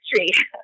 history